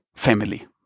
family